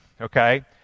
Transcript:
okay